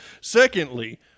Secondly